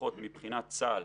לפחות מבחינת צה"ל,